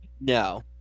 No